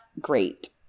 great